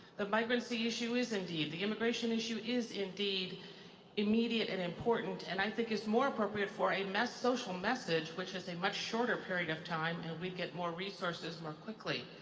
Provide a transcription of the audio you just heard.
the migrantsy issue is indeed, the immigration issue is indeed immediate and important and i think is more appropriate for a social message which is a much shorter period of time and we'd get more resources more quickly.